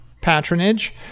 patronage